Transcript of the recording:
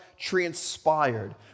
transpired